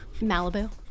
Malibu